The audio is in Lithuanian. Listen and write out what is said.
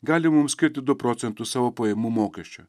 gali mums skirti du procentus savo pajamų mokesčio